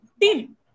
team